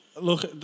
look